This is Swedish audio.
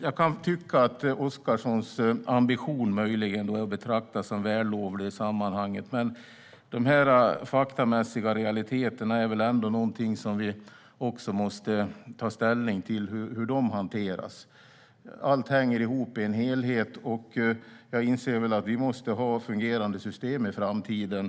Jag kan tycka att Oscarssons ambition möjligen är att betrakta som vällovlig i sammanhanget, men dessa faktamässiga realiteter är någonting som vi också måste ta ställning till och hantera. Allt hänger ihop i en helhet, och jag inser att vi måste ha fungerande system i framtiden.